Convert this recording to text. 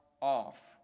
off